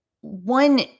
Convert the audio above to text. one